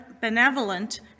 benevolent